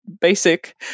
basic